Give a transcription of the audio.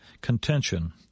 contention